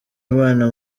imana